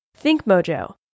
ThinkMojo